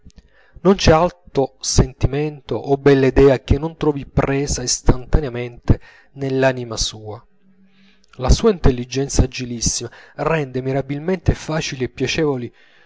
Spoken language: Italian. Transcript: non c'è alto sentimento o bella idea che non trovi presa istantaneamente nell'anima sua la sua intelligenza agilissima rende mirabilmente facili e piacevoli